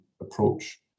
approach